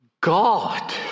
God